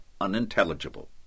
unintelligible